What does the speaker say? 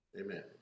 Amen